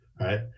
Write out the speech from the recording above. right